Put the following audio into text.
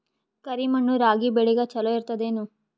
ಕರಿ ಮಣ್ಣು ರಾಗಿ ಬೇಳಿಗ ಚಲೋ ಇರ್ತದ ಏನು?